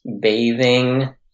bathing